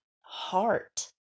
heart